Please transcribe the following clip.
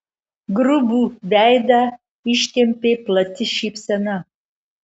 grubų veidą ištempė plati šypsena